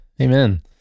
amen